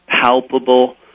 palpable